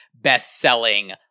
best-selling